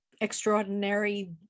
extraordinary